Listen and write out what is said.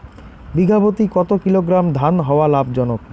বিঘা প্রতি কতো কিলোগ্রাম ধান হওয়া লাভজনক?